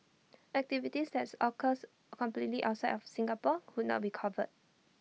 activities that occurs completely outside of Singapore would not be covered